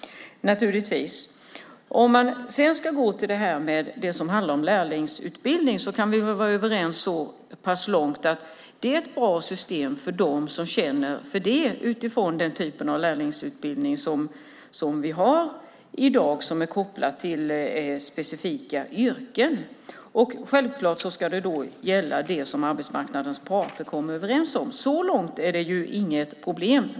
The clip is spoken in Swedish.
Vad gäller lärlingsutbildningar kan vi väl vara överens så pass långt att det är ett bra system för dem som känner för den typ av lärlingsutbildning som vi har i dag kopplat till specifika yrken. Självklart ska det som arbetsmarknadens parter kommer överens om gälla. Så långt är det inget problem.